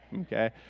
okay